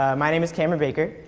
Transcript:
ah my name is cameron baker.